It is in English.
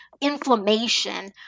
inflammation